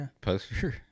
poster